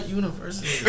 university